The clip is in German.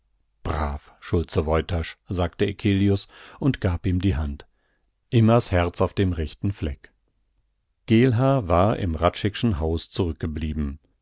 brav schulze woytasch sagte eccelius und gab ihm die hand immer s herz auf dem rechten fleck geelhaar war im hradscheck'schen hause zurückgeblieben